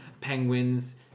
penguins